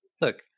look